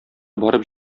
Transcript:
барып